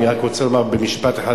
אני רק רוצה לומר משפט אחד,